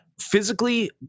physically